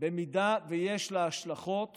במידה שיש לה השלכות